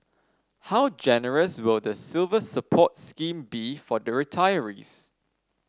how generous will the Silver Support scheme be for the retirees